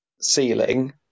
ceiling